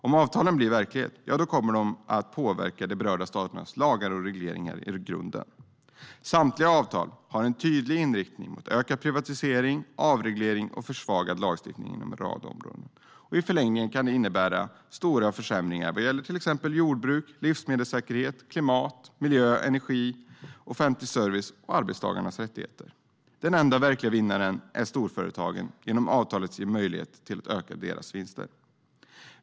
Om avtalen blir verklighet kommer de att påverka de berörda staternas lagar och regleringar i grunden. Samtliga avtal har en tydlig inriktning på ökad privatisering, avreglering och försvagad lagstiftning på en rad områden. I förlängningen kan det innebära stora försämringar vad gäller till exempel jordbruk, livsmedelssäkerhet, klimat, miljö, energi, offentlig service och arbetstagarnas rättigheter. De enda verkliga vinnarna är storföretagen, som genom avtalen ges större möjligheter att öka sina vinster.